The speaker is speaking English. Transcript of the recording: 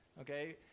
Okay